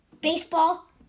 baseball